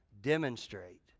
demonstrate